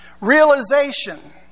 realization